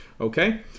Okay